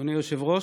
אדוני היושב-ראש,